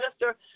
minister